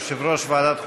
יושב-ראש ועדת החוקה,